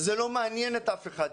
זה לא מעניין את אף אחד.